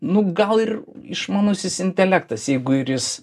nu gal ir išmanusis intelektas jeigu ir jis